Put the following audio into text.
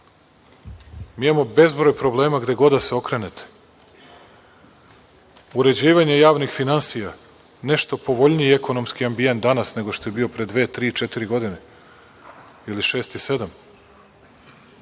imamo bezbroj problema gde god da se okrenete. Uređivanje javnih finansija, nešto povoljniji ekonomski ambijent danas nego što je bio pre dve, tri, četiri godine, ili šest-sedam.